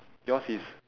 yours is